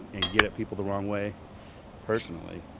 and get at people the wrong way personally,